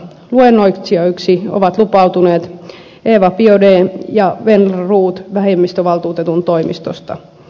luennoitsijoiksi ovat lupautuneet eva biaudet ja venla roth vähemmistövaltuutetun toimistosta